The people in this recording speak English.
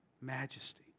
Majesty